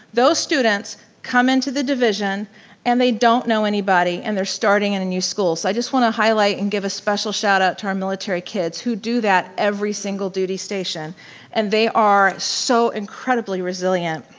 those students come into the division and they don't know anybody and they're starting in a new school so i just wanna highlight and give a special shout out to our military kids who do that every single duty station and they are so incredibly resilient.